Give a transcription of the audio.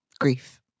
grief